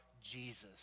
Jesus